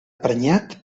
prenyat